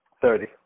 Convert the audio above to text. Thirty